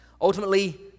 Ultimately